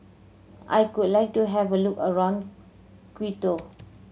I would like to have a look around Quito